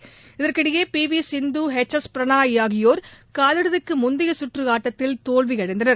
ஹாங்காங்கின் இதற்கிடையே P V Sindhu H S Prannoy ஆகியோர் காலிறுதிக்கு முந்தைய சுற்று ஆட்டத்தில் தோல்வியடைந்தனர்